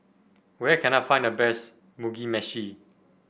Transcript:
where can I find the best Mugi Meshi